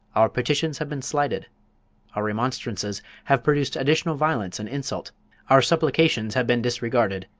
our petitions have been slighted our remonstrances have produced additional violence and insult our supplications have been disregarded,